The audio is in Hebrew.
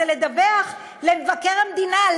זה לדווח למבקר המדינה.